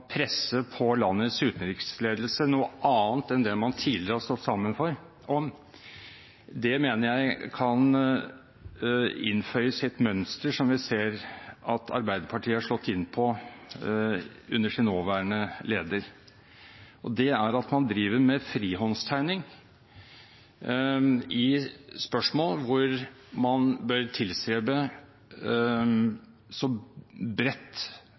presse på landets utenriksledelse noe annet enn det man tidligere har stått sammen om, mener jeg kan innføyes i et mønster som vi ser at Arbeiderpartiet har slått inn på under sin nåværende leder. Det er at man driver med frihåndstegning i spørsmål der man bør tilstrebe så